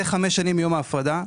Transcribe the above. זה חמש שנים מיום ההפרדה.